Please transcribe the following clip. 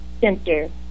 Center